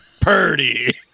Purdy